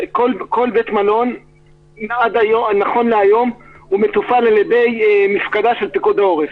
כל בית מלון נכון להיום מתופעל על ידי מפקדה של פיקוד העורף,